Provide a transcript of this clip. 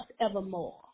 evermore